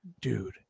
dude